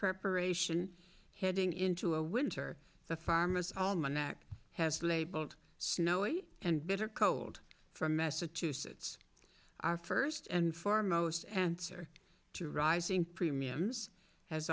preparation heading into a winter the farmer's almanac has labeled snowy and bitter cold from massachusetts our first and foremost answer to rising premiums has